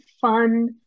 fun